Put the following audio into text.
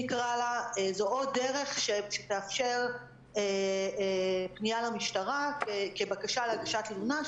נקרא לה זו עוד דרך שתאפשר פנייה למשטרה כבקשה להגשת תלונה,